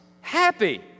happy